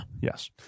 Yes